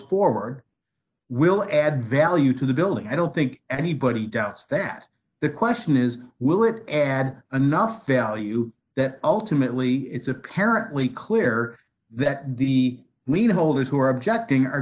forward will add value to the building i don't think anybody doubts that the question is will it add another value that ultimately it's apparently clear that the mean holders who are objecting